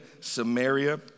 Samaria